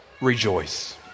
Rejoice